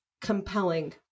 compelling